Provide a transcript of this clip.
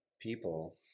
people